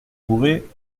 bourret